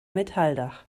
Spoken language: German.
metalldach